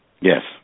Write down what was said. yes